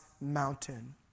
mountain